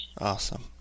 Awesome